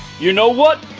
you know what?